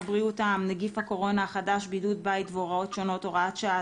בריאות העם (נגיף הקורונה החדש) (בידוד בית והוראות שונות) (הוראת השעה),